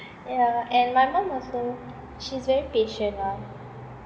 yeah and my mum also she's very patient ah